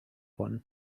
one